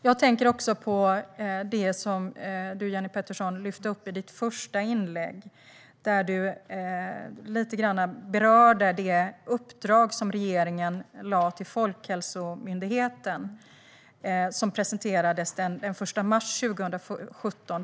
Jag tänker också på det som du, Jenny Petersson, tog upp i ditt första inlägg, där du berörde det uppdrag som regeringen gav till Folkhälsomyndigheten och som presenterades den 1 mars 2017.